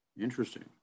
Interesting